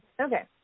Okay